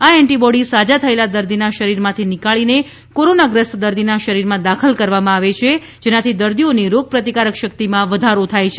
આ એન્ટીબોડી સાજા થયેલાં દર્દીના શરીરમાંથી નીકાળીને કોરોનાગ્રસ્ત દર્દીના શરીરમાં દાખલ કરવામાં આવે છે જેનાથી દર્દીઓની રોગપ્રતિકારક શકિતમાં વધારો થાય છે